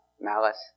malice